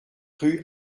rue